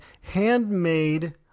handmade